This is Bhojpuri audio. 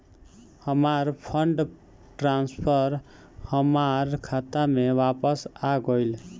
हमार फंड ट्रांसफर हमार खाता में वापस आ गइल